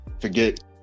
forget